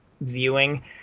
viewing